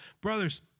Brothers